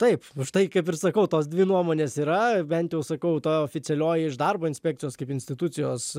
taip užtai kaip ir sakau tos dvi nuomonės yra bent jau sakau ta oficialioji iš darbo inspekcijos kaip institucijos